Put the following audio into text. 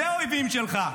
אלה האויבים שלך.